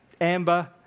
amber